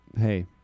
hey